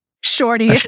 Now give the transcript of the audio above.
Shorty